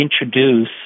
introduce